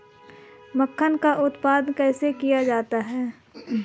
मखाना का उत्पादन कैसे किया जाता है?